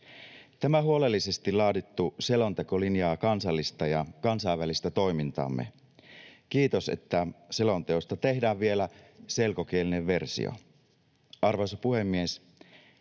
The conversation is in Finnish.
Tämä huolellisesti laadittu selonteko linjaa kansallista ja kansainvälistä toimintaamme. Kiitos, että selonteosta tehdään vielä selkokielinen versio. Arvoisa puhemies!